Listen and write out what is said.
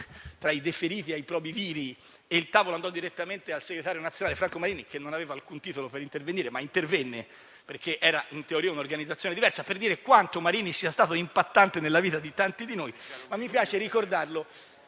tra i deferiti ai probiviri e il tavolo andò direttamente al segretario nazionale Franco Marini, che non aveva alcun titolo per intervenire ma intervenne, perché era in teoria un'organizzazione diversa; questo per dire quanto Marini sia stato impattante nella vita di tanti di noi. Mi piace ricordarlo